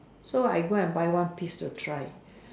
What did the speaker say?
so I go one by one piece to try